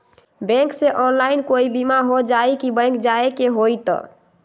Bank से online कोई बिमा हो जाई कि बैंक जाए के होई त?